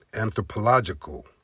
Anthropological